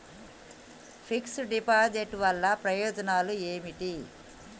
Fix డ్ deposit వల్ల ప్రయోజనాలు ఏమిటి?